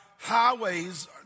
highways